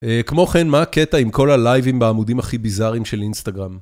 כמו כן, מה הקטע עם כל הלייבים בעמודים הכי ביזאריים של אינסטגרם?